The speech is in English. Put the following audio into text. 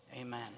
amen